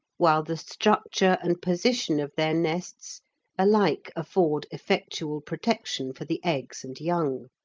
while the structure and position of their nests alike afford effectual protection for the eggs and young.